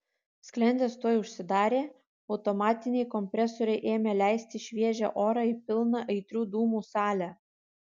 sklendės tuoj užsidarė automatiniai kompresoriai ėmė leisti šviežią orą į pilną aitrių dūmų salę